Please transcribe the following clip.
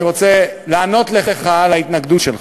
אני רוצה לענות לך על ההתנגדות שלך.